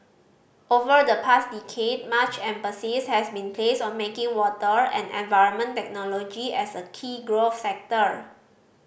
over the past decade much emphasis has been placed on making water and environment technology as a key growth sector